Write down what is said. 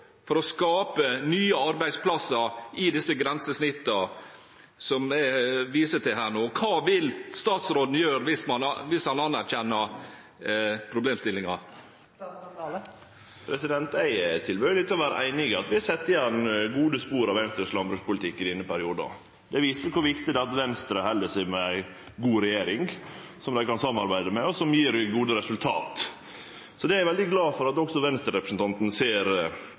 for å skape nye arbeidsplasser i de grensesnittene som jeg viser til nå? Hva vil statsråden gjøre, hvis han anerkjenner problemstillingen? Eg er tilbøyeleg til å vere einig i at vi sit igjen med gode spor av Venstres landbrukspolitikk i denne perioden. Det viser kor viktig det er at Venstre held seg med ei god regjering, som dei kan samarbeide med, og som gjev gode resultat. Det er eg veldig glad for at også Venstre-representanten ser